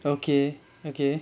okay okay